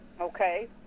okay